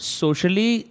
socially